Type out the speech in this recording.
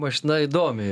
mašina įdomi